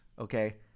Okay